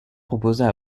proposa